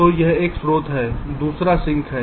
तो एक यह स्रोत है और दूसरा सिंक है